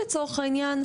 לצורך העניין,